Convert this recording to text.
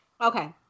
okay